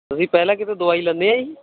ਤੁਸੀਂ ਪਹਿਲਾਂ ਕਿਤੋਂ ਦਵਾਈ ਲੈਂਦੇ ਹਾਂ ਜੀ